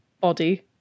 body